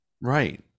Right